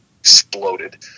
exploded